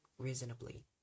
reasonably